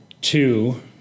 two